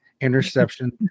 interception